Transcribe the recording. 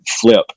flip